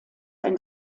ein